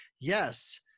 yes